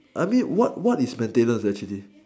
I mean what what is maintenance actually